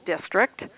district